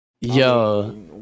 Yo